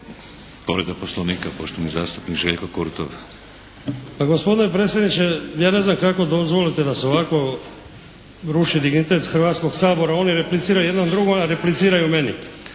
Povreda Poslovnika poštovani zastupnik Željko Kurtov. **Kurtov, Željko (HNS)** Pa gospodine predsjedniče, ja ne znam kako dozvolite da se ovako ruši dignitet Hrvatskog sabora. Oni repliciraju jedan drugom, a repliciraju meni.